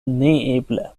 neeble